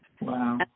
Wow